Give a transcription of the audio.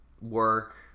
work